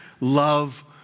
love